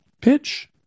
pitch